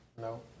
No